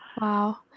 Wow